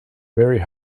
very